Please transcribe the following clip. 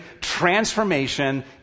transformation